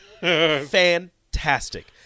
Fantastic